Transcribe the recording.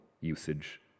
usage